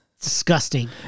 Disgusting